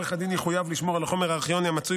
עורך הדין יחויב לשמור על החומר הארכיוני המצוי